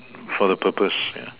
for the purpose yeah